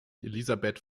elisabeth